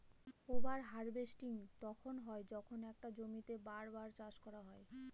over harvesting তখন হয় যখন একটা জমিতেই বার বার চাষ করা হয়